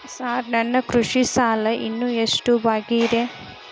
Sir ನನ್ನ ಕೃಷಿ ಸಾಲ ಇನ್ನು ಎಷ್ಟು ಬಾಕಿಯಿದೆ?